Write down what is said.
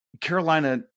Carolina